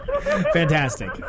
Fantastic